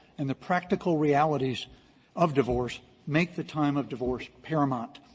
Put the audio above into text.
and the practical realities of divorce make the time of divorce paramount.